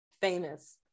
famous